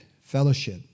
fellowship